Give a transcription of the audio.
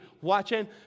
watching